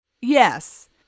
yes